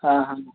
हाँ हाँ